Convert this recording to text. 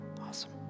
Awesome